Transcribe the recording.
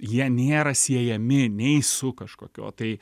jie nėra siejami nei su kažkokio tai